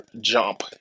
jump